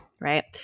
right